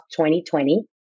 2020